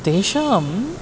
तेषाम्